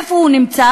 איפה הוא נמצא?